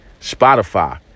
spotify